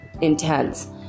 intense